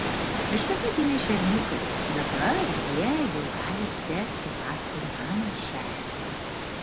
miškuose gimė šerniukai dabar jie jau gali sekti paskui mamą šernę